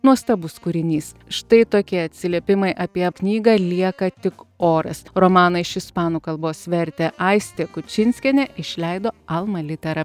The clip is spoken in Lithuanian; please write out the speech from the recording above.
nuostabus kūrinys štai tokie atsiliepimai apie knygą lieka tik oras romaną iš ispanų kalbos vertė aistė kučinskienė išleido alma littera